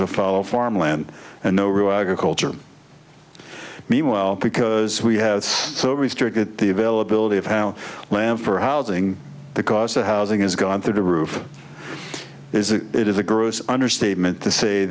of farmland and no real culture meanwhile because we have so restricted the availability of how land for housing the cost of housing is gone through the roof is it is a gross understatement to say